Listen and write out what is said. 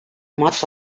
much